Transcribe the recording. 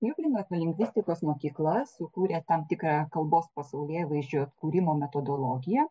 liublino etnolingvistikos mokykla sukūrė tam tikrą kalbos pasaulėvaizdžio kūrimo metodologiją